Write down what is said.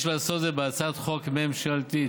יש לעשות זאת בהצעת חוק ממשלתית.